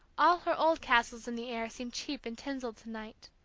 all her old castles in the air seemed cheap and tinselled to-night,